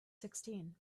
sixteen